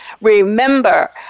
remember